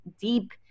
deep